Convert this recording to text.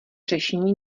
řešení